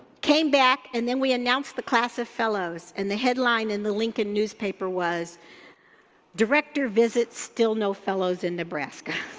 came back and then we announced the class of fellows and the headline in the lincoln newspaper was director visits, still no fellows in nebraska.